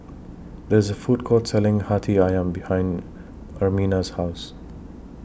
There IS A Food Court Selling Hati Ayam behind Ermina's House